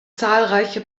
zahlreiche